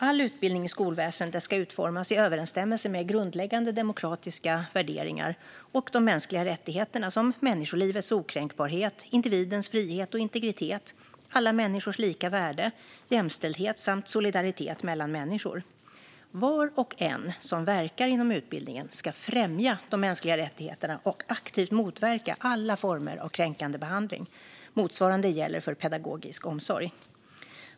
All utbildning i skolväsendet ska utformas i överensstämmelse med grundläggande demokratiska värderingar och de mänskliga rättigheterna, som människolivets okränkbarhet, individens frihet och integritet, alla människors lika värde, jämställdhet samt solidaritet mellan människor. Var och en som verkar inom utbildningen ska främja de mänskliga rättigheterna och aktivt motverka alla former av kränkande behandling. Motsvarande gäller för pedagogisk omsorg.